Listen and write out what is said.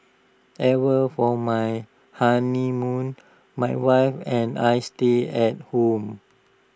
ever for my honeymoon my wife and I stayed at home